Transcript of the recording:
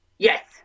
Yes